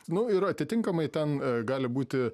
nu ir atitinkamai ten gali būti